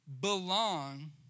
belong